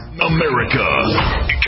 america